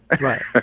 right